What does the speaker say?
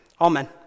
Amen